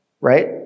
right